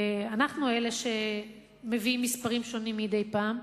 ואנחנו אלה שמביאים מספרים שונים מדי פעם.